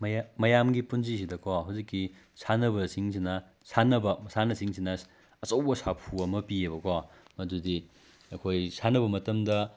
ꯃꯌꯥꯝꯒꯤ ꯄꯨꯟꯁꯤꯁꯤꯗꯀꯣ ꯍꯧꯖꯤꯛꯀꯤ ꯁꯥꯟꯅꯕꯁꯤꯡꯁꯤꯅ ꯁꯥꯟꯅꯕ ꯃꯁꯥꯟꯅꯁꯤꯡꯁꯤꯅ ꯑꯆꯧꯕ ꯁꯥꯐꯨ ꯑꯃ ꯄꯤꯌꯦꯕꯀꯣ ꯃꯗꯨꯗꯤ ꯑꯩꯈꯣꯏ ꯁꯥꯟꯅꯕ ꯃꯇꯝꯗ